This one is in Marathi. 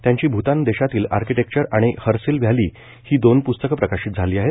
त्यांची भूतान देशातील आर्किटेक्चर आणि हरसील व्हॅली ही दोन प्स्तक प्रकाशित झाली आहेत